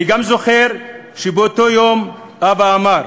אני גם זוכר שבאותו יום אבא אמר: